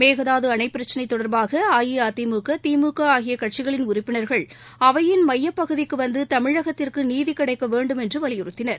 மேகதாது அணைப்பிரச்சினை தொடர்பாக அஇஅதிமுக திமுக ஆகிய கட்சிகளின் உறுப்பினர்கள் அவையின் எமயப் பகுதிக்கு வந்து தமிழகத்திற்கு நீதி கிடைக்க வேண்டும் என்று வலியுறுத்தினர்